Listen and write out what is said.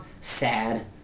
sad